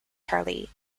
charlie